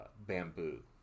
bamboo